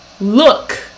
look